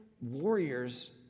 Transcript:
warriors